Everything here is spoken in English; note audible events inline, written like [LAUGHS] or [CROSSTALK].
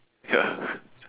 ya [LAUGHS]